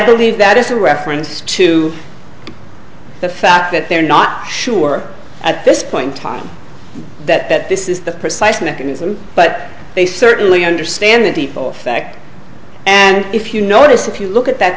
believe that is a reference to the fact that they're not sure at this point in time that this is the precise mechanism but they certainly understand that people affected and if you notice if you look at that